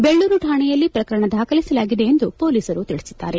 ಬೆಳ್ಳೂರು ಠಾಣೆಯಲ್ಲಿ ಪ್ರಕರಣ ದಾಖಲಿಸಲಾಗಿದೆ ಎಂದು ಮೊಲೀಸರು ತಿಳಿಸಿದ್ದಾರೆ